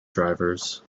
drivers